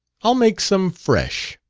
i'll make some fresh.